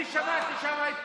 אני שמעתי שם את כולם,